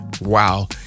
wow